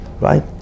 right